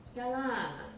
ya lah